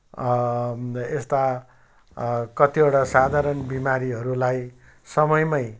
यस्ता कत्तिवटा साधारण बिमारीहरूलाई समयमै